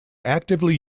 actively